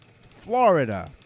Florida